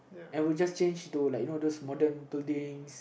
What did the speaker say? and we just change to like you know those modern buildings